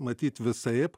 matyt visaip